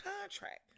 contract